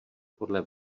podle